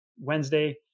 Wednesday